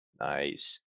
Nice